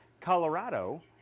Colorado